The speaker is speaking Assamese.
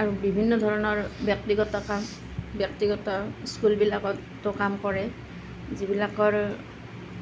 আৰু বিভিন্ন ধৰণৰ ব্যক্তিগত কাম ব্যক্তিগত স্কুলবিলাকতো কাম কৰে যিবিলাকৰ